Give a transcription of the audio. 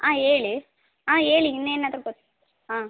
ಹಾಂ ಹೇಳಿ ಹಾಂ ಹೇಳಿ ಇನ್ನೇನಾದ್ರೂ ಗೊ ಹಾಂ